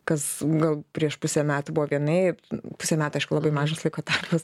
kas gal prieš pusę metų buvo vienaip pusė metų aišku labai mažas laiko tarpas